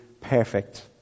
perfect